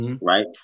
right